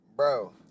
Bro